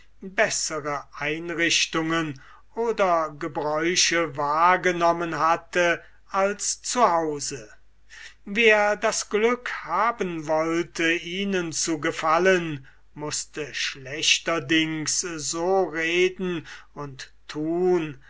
bessere einrichtungen oder gebräuche wahrgenommen hatte als zu hause wer das glück haben wollte ihnen zu gefallen mußte schlechterdings so reden und tun